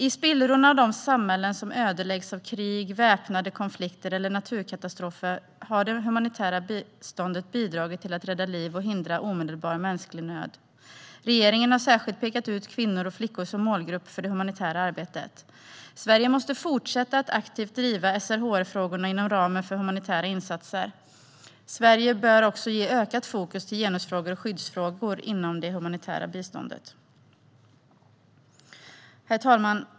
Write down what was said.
I spillrorna av de samhällen som ödeläggs av krig, väpnade konflikter eller naturkatastrofer har det humanitära biståndet bidragit till att rädda liv och lindra omedelbar mänsklig nöd. Regeringen har särskilt pekat ut kvinnor och flickor som målgrupp för det humanitära arbetet. Sverige måste fortsätta att aktivt driva SRHR-frågorna inom ramen för humanitära insatser. Sverige bör också öka sitt fokus på genusfrågor och skyddsfrågor inom det humanitära biståndet. Herr talman!